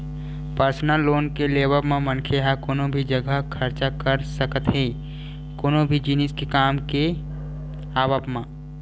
personal loan के लेवब म मनखे ह कोनो भी जघा खरचा कर सकत हे कोनो भी जिनिस के काम के आवब म